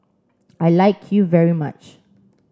I like you very much